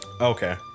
Okay